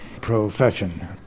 profession